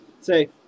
say